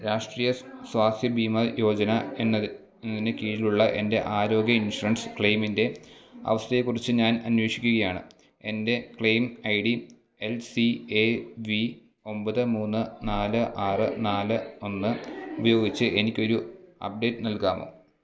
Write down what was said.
രാഷ്ട്രീയ സ്വാസ്ഥ്യ ബീമാ യോജന എന്നതി ന് കീഴിലുള്ള എന്റെ ആരോഗ്യ ഇൻഷുറൻസ് ക്ലേയ്മിന്റെ അവസ്ഥയെക്കുറിച്ച് ഞാൻ അന്വേഷിക്കുകയാണ് എൻറ്റെ claim I D L C A V ഒമ്പത് മൂന്ന് നാല് ആറ് നാല് ഒന്ന് ഉപയോഗിച്ച് എനിക്കൊരു അപ്ഡേറ്റ് നൽകാമോ